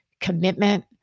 commitment